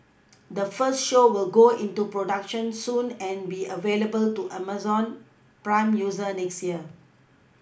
the first show will go into production soon and be available to Amazon prime users next year